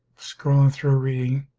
scrolling through reading